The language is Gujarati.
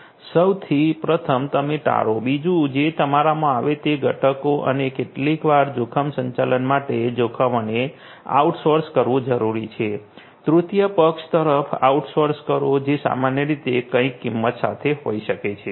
સૌ પ્રથમ તમે ટાળો બીજું જે તમારામાં આવે તેને ઘટાડો અને કેટલીકવાર જોખમ સંચાલન માટે જોખમોને આઉટસોર્સ કરવું જરૂરી છે તૃતીય પક્ષ તરફ આઉટસોર્સ કરો જે સામાન્ય રીતે કંઈક કિંમત સાથે હોઈ શકે છે